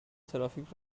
ترافیک